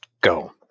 go